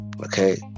Okay